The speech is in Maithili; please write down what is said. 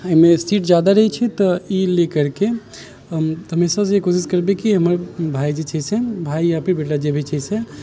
एहिमे सीट जादा रहै छै तऽ ई लेकरके हम हमेशासँ कोशिश करबै कि हमर भाय जे छै से भाय या बेटा जेभी छै से